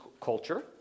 culture